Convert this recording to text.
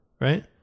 right